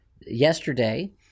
yesterday